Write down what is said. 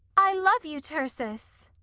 i love you, tircis!